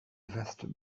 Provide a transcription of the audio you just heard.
vastes